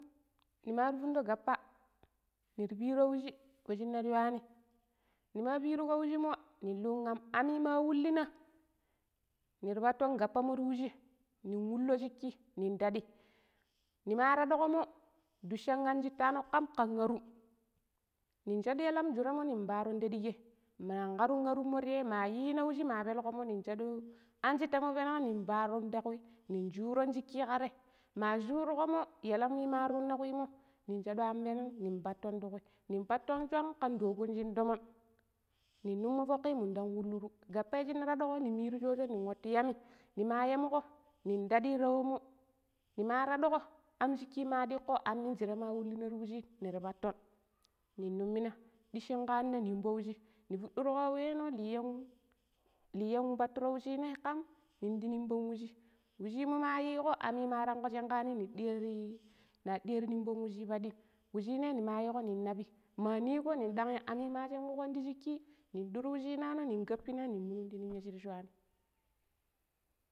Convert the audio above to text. Nimari fundo gappa nira piro wushi, we shiner ywani nima piruko wushimo nin lung am, amima wulluna nira patton gappamo ti wuji ning wullo shiki nin taɗi nima taɗuko mo dushan anshittano kam ƙn arum ning shadu yalam jurami nin paaron ta ɗiike, ninma ƙrun arumo tiyei ma yina wijji ma pelloƙo nin shadi anshittamo peneng ning paaro takui nin shuran shiki katei ma shurumon yalami ma tura kuimo nin shaɗu am peneng nin patton tuƙui nin patton swang ƙan dogon shin tomon nin mummo foƙƙi mun dang wulluru gappai shine taɗuƙui nin miru shoje nin nwatu yami nima yamƙo nin taɗi ta womo nima taɗuƙo amshiki ma diƙƙo, ammenjire ma wulunan ti wuji nira patton nin numina ɗishi nƙana nimbo wuji nii fuɗurƙawe liyan, liyan wu patturo wucinai ƙm, nindi rimbon wujii, wujimo mayiko amima ɗunguko shenkani nir diyati, nari diyan ta rimbon wuji padim, wucimai nima yiƙo ning nabi maniko nin ɗangi ami ma shenƙuƙonti shikki nin duru wucinano nin kapina nin munun ti ninya shira sulani.